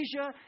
Asia